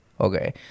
okay